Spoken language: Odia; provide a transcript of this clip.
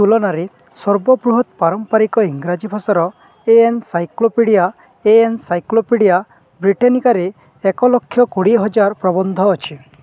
ତୁଲନାରେ ସର୍ବବୃହତ ପାରମ୍ପାରିକ ଇଂରାଜୀ ଭାଷାର ଏନସାଇକ୍ଲୋପିଡ଼ିଆ ଏନସାଇକ୍ଲୋପିଡ଼ିଆ ବ୍ରିଟାନିକାରେ ଏକଲକ୍ଷ କୋଡ଼ିଏ ହଜାରେ ପ୍ରବନ୍ଧ ଅଛି